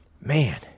man